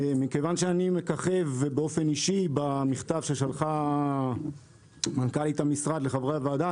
מכיוון שאני מככב באופן אישי במכתב ששלחה מנכ"לית המשרד לחברי הוועדה,